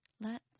Let